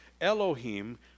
Elohim